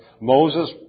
Moses